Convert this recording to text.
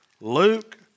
Luke